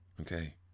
okay